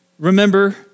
Remember